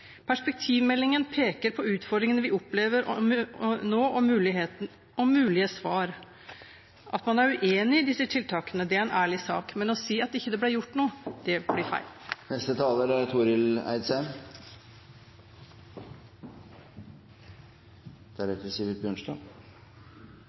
Perspektivmeldingen peker på utfordringene vi opplever nå, og mulige svar. At man er uenig i disse tiltakene, er en ærlig sak, men å si at det ikke ble gjort noe, blir feil. Vi står i dag overfor eit omstillingsbehov som ein vanskeleg kunne sjå omfanget av for berre få år tilbake. Vi er